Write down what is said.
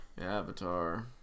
Avatar